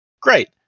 Great